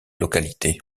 localité